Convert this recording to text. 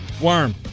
worm